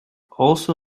also